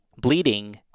bleeding